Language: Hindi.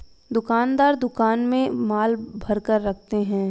दुकानदार दुकान में माल भरकर रखते है